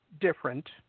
different